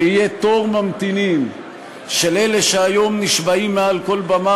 שיהיה תור ממתינים של אלה שהיום נשבעים מעל כל במה